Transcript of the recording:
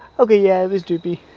okay, yeah it was doopey,